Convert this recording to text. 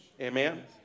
amen